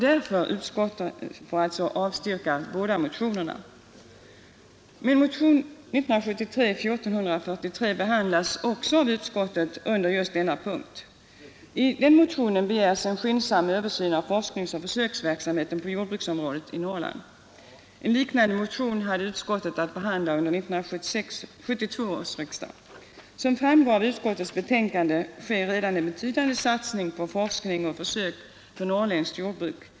Därför avstyrker utskottet de båda motionerna. Motionen 1443 behandlas också av utskottet under denna punkt. I motionen begärs en skyndsam översyn av forskningsoch försöksverksamheten på jordbruksområdet i Norrland. En liknande motion behandlades av 1972 års riksdag. Som framgår av utskottets betänkande sker redan en betydande satsning på forskning och försök för norrländskt jordbruk.